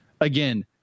Again